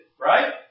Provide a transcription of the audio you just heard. Right